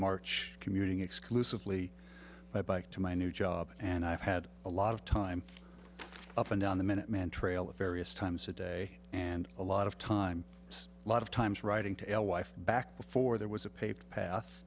march commuting exclusively by bike to my new job and i've had a lot of time up and down the minuteman trail a various times a day and a lot of time a lot of times writing to l wife back before there was a paved path